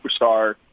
superstar